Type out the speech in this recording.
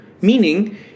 Meaning